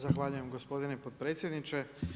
Zahvaljujem gospodine potpredsjedniče.